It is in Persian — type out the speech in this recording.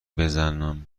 بزنم